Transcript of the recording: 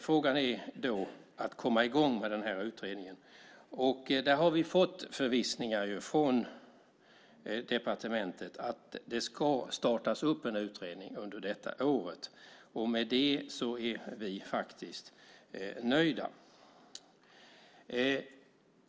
Frågan handlar om att komma i gång med utredningen. Det har vi fått förvissningar om från departementet. Det ska startas en utredning under det här året. Med det är vi faktiskt nöjda.